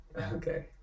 Okay